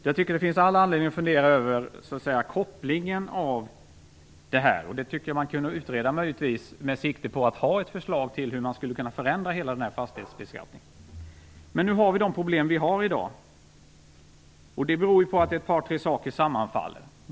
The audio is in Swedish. Jag tycker att det finns all anledning att fundera över kopplingen, och jag tycker att det skulle kunna utredas med sikte på att ha ett förslag till hur man skulle kunna förändra hela fastighetsbeskattningen. Men nu har vi de problem vi har i dag. Det beror på att några faktorer sammanfaller.